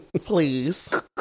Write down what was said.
please